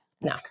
No